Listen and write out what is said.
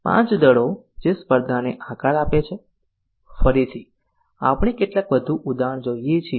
પાંચ દળો જે સ્પર્ધાને આકાર આપે છે ફરીથી આપણે કેટલાક વધુ ઉદાહરણો જોઈએ છીએ